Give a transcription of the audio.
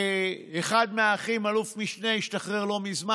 אחד מהאחים הוא אלוף משנה שהשתחרר לא מזמן.